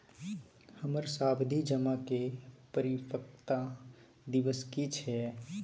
हमर सावधि जमा के परिपक्वता दिवस की छियै?